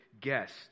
guest